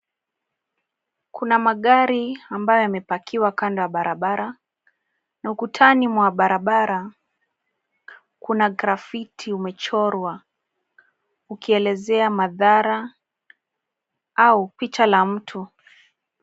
Kuna magari ambayo yamepakiwa kando ya barabara, na ukutani mwa barabara, kuna grafiti umechorwa ukielezea madhara au picha la mtu.